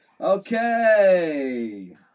Okay